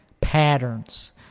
patterns